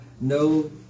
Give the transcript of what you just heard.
no